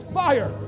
fire